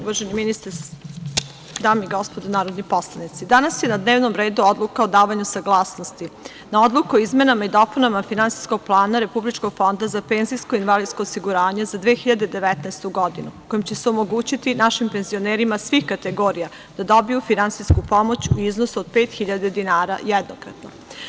Uvaženi ministre sa saradnicima, dame i gospodo narodni poslanici, danas je na dnevnom redu odluka o davanju saglasnosti na Odluku o izmenama i dopunama Finansijskog plana Republičkog fonda za PIO za 2019. godinu, kojom će se omogućiti našim penzionerima svih kategorija da dobiju finansijsku pomoć u iznosu od 5.000 dinara jednokratno.